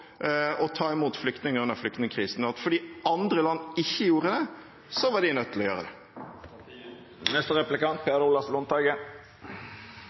å ta imot flyktninger under flyktningkrisen, og at fordi andre land ikke gjorde det, var de nødt til å gjøre det.